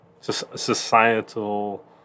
societal